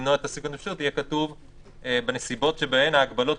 "תשאול או קבלת הצהרה" תשאול או קבלת